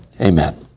Amen